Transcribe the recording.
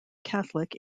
catholic